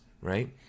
right